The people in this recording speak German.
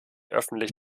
öffentlich